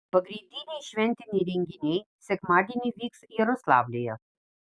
pagrindiniai šventiniai renginiai sekmadienį vyks jaroslavlyje